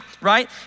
right